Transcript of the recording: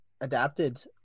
adapted